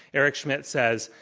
eric schmidt says,